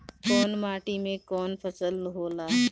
कवन माटी में कवन फसल हो ला?